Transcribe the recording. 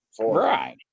Right